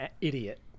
idiot